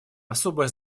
особое